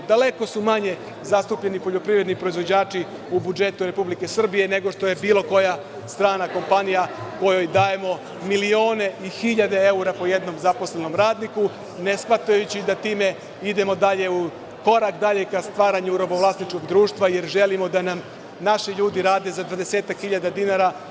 Daleko su manje zastupljeni poljoprivredni proizvođači u budžetu Republike Srbije, nego što je bilo koja strana kompanija kojoj dajemo milione i hiljade evra po jednom zaposlenom radniku, ne shvatajući time da idemo korak dalje ka stvaranju robovlasničkog društva, jer želimo da nam naši ljudi rade za 20-ak hiljada dinara.